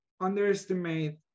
underestimate